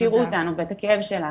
שיראו אותנו ואת הכאב שלנו.